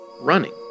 running